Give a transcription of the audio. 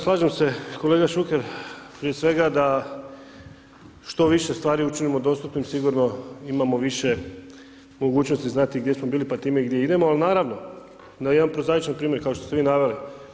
Slažem se kolega Šuker prije svega da što više stvari učinimo dostupnim sigurno imamo više mogućnosti znati gdje smo bili pa time i gdje idemo, ali naravno na jedan prozaičan primjer kao što ste vi naveli.